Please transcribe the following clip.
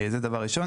זה דבר ראשון.